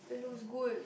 it looks good